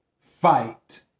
fight